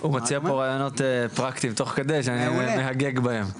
הוא מציע פה רעיונות פרקטים תוך כדי שאני אהגג בהם.